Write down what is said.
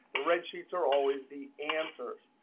the red sheets are always the answers.